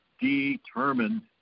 determined